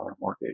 mortgage